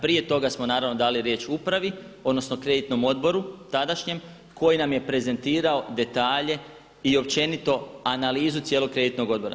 Prije toga smo naravno dali riječ upravi, odnosno kreditnom odboru tadašnjem koji nam je prezentirao detalje i općenito analizu cijelog kreditnog odbora.